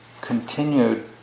continued